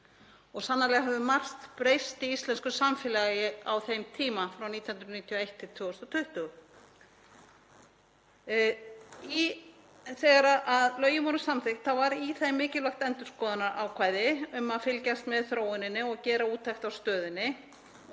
Sannarlega hefur margt breyst í íslensku samfélagi á þeim tíma, frá 1991–2020, en þegar lögin voru samþykkt var í þeim mikilvægt endurskoðunarákvæði um að fylgjast með þróuninni og gera úttekt á stöðunni